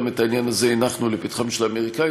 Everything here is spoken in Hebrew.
גם את העניין הזה אנחנו הנחנו לפתחם של האמריקנים.